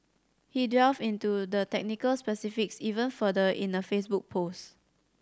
he delved into the technical specifics even further in a Facebook post